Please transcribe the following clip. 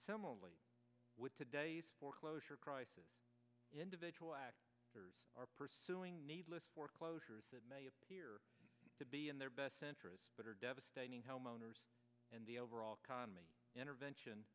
similarly with today's foreclosure crisis individual are pursuing needless foreclosures that may appear to be in their best interest but are devastating homeowners and the overall economy intervention